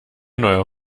neuer